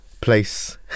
place